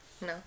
No